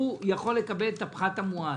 הוא יכול לקבל את הפחת המואץ.